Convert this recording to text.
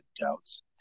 doubts